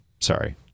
Sorry